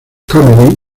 comedy